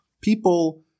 People